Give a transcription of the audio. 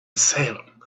salem